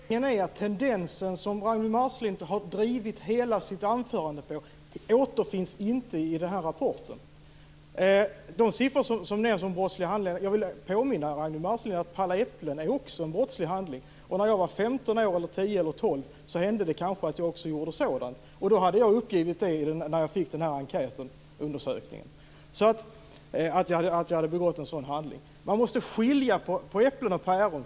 Fru talman! Poängen är att den tendens som Ragnwi Marcelind har drivit hela sitt anförande på inte återfinns i rapporten. När det gäller de siffror som nämns om brottsliga handlingar vill jag påminna Ragnwi Marcelind om att även att palla äpplen är en brottslig handling. När jag var tio tolv eller femton år hände det kanske att jag också gjorde sådant. Då hade jag uppgivit i enkäten att jag hade begått en sådan handling. Man måste skilja på äpplen och päron.